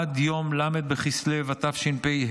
עד יום ל' בכסלו התשפ"ה,